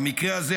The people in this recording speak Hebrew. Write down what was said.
במקרה הזה,